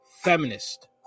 feminist